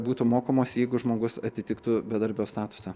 būtų mokamos jeigu žmogus atitiktų bedarbio statusą